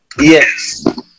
Yes